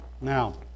Now